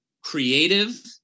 creative